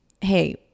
hey